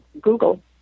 Google